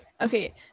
Okay